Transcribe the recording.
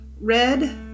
red